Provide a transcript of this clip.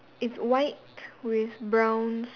it's white with brown